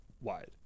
wide